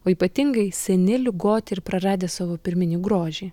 o ypatingai seni ligoti ir praradę savo pirminį grožį